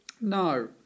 No